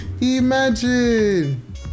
imagine